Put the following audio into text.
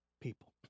people